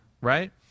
right